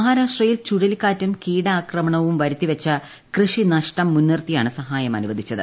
മഹാരാഷ്ട്രയിൽ ചുഴലിക്കാറ്റും കീടാക്രമണവും വരുത്തിവച്ച കൃഷി നഷ്ടം മുൻനിർത്തിയാണ് സഹായം അനുവദിച്ചത്